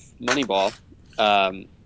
moneyball